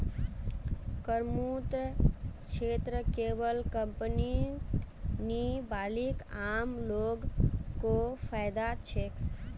करमुक्त क्षेत्रत केवल कंपनीय नी बल्कि आम लो ग को फायदा छेक